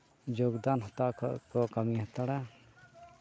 ᱡᱳᱜᱽ ᱫᱟᱱ ᱦᱟᱛᱟᱣ ᱠᱟᱛᱮᱫ ᱠᱚ ᱠᱟᱹᱢᱤ ᱦᱟᱛᱟᱲᱟ